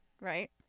right